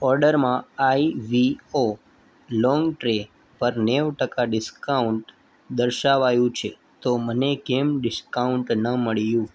ઓર્ડરમાં I V O long tray પર નેવું ટકા ડિસ્કાઉન્ટ દર્શાવાયું છે તો મને કેમ ડિસ્કાઉન્ટ ન મળ્યું